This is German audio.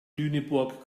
lüneburg